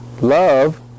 Love